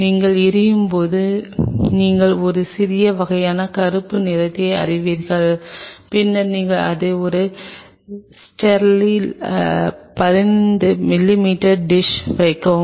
நீங்கள் எரியும் போது நீங்கள் ஒரு சிறிய வகையான கறுப்பு நிறத்தை அறிவீர்கள் பின்னர் நீங்கள் அதை ஒரு ஸ்டெரில் 15 மிமீ டிஷ் வைக்கலாம்